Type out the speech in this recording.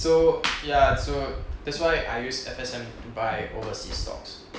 so ya so that's why I use F_S_N to buy overseas stocks